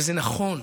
וזה נכון.